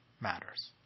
matters